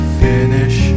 finish